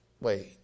wait